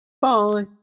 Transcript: Bye